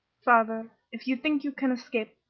father, if you think you can escape,